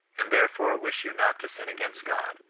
and therefore wish you not to sin against god,